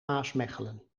maasmechelen